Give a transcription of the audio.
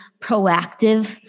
proactive